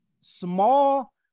small